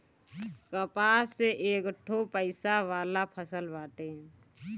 कपास एकठो पइसा वाला फसल बाटे